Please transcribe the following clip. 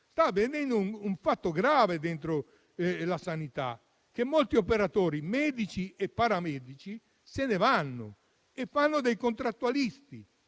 sta avvenendo un fatto grave nella sanità, ovvero che molti operatori medici e paramedici se ne vanno e diventano contrattualisti.